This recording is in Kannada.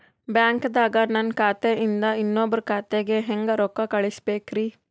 ಬ್ಯಾಂಕ್ದಾಗ ನನ್ ಖಾತೆ ಇಂದ ಇನ್ನೊಬ್ರ ಖಾತೆಗೆ ಹೆಂಗ್ ರೊಕ್ಕ ಕಳಸಬೇಕ್ರಿ?